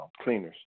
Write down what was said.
cleaners